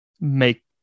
Make